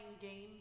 games